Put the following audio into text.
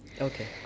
Okay